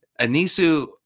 Anisu